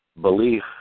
belief